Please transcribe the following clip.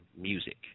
music